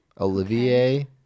Olivier